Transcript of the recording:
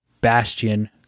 Bastion